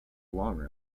longer